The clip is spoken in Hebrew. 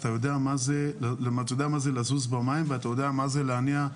יודע מה זה לזוז במים ואתה יודע מה זה להניע,